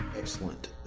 Excellent